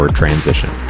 transition